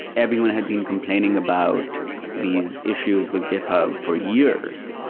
everyone had been complaining about these issues with github for years,